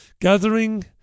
gathering